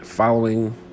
following